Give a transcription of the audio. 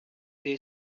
they